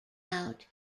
out